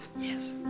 Yes